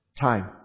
time